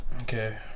Okay